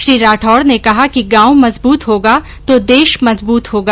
श्री राठौड़ ने कहा कि गांव मजबूत होगा तो देश मजबूत होगा